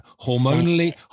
Hormonally